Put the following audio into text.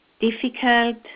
difficult